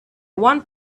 want